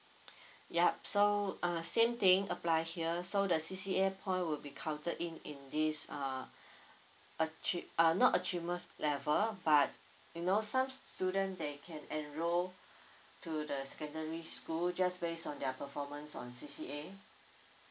ya so uh same thing apply here so the C_C_A point would be counted in in this uh achiev~ uh not achievement level but you know some s~ students they can enroll to the secondary school just based on their performance on C_C_A